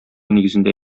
нигезендә